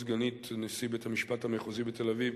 סגנית נשיא בית-המשפט המחוזי בתל-אביב,